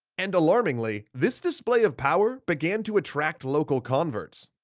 and alarmingly, this display of power began to attract local converts.